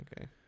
Okay